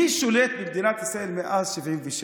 מי שולט במדינת ישראל מאז 1977?